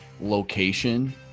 location